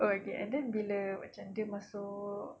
oh okay and then bila macam dia masuk